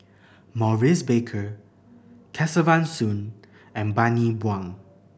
Maurice Baker Kesavan Soon and Bani Buang